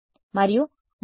విద్యార్థి సరే